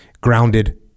Grounded